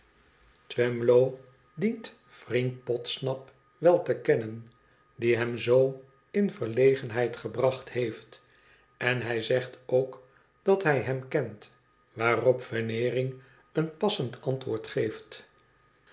twemlow dient vriend podsnap wel te kennen die hem zoo in verlegenheid gebracht heeft en hij zegt ook dat hij hem kent waarop veneering een passend antwoord geeft